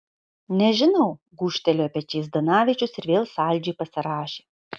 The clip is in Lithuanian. nežinau gūžtelėjo pečiais zdanavičius ir vėl saldžiai pasirąžė